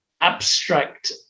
abstract